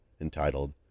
entitled